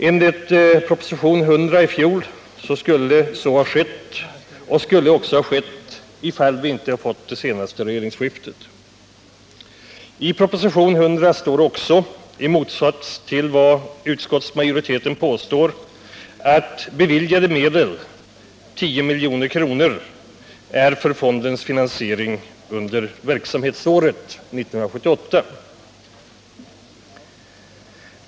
Enligt proposition nr 100 i fjol skulle så ha skett, och detta skulle också ha blivit fallet, om vi inte hade fått det senaste regeringsskiftet. I propositionen 100 står också — i motsats till vad utskottsmajoriteten påstår — att beviljade medel, 10 milj.kr., är avsedda för fondens finansiering under verksamhetsåret 1978.